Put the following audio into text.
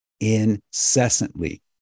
incessantly